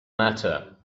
matter